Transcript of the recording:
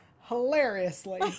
hilariously